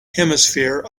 hemisphere